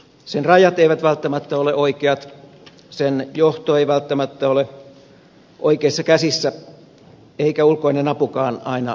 sen rajat eivät välttämättä ole oikeat sen johto ei välttämättä ole oikeissa käsissä eikä ulkoinen apukaan aina osu oikeaan